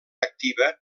activa